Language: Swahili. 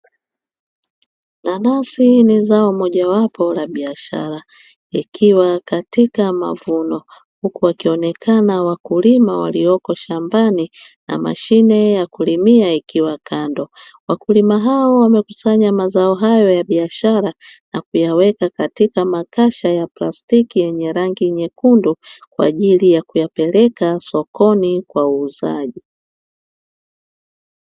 Nanasi ni zao moja wapo la biashara, ikiwa katikati mavuno huku wakionekana wakulima walioko shambani na mashine ya kulimia ikiwa kando. Wakulima hao wamekusanyq mazao hayo ya biashara na kuyaweka katika Makasha ya plastiki yenye rangi nyekundu kwa ajili ya kuyapeleka sokoni kwa uuzaji.